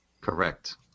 Correct